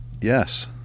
Yes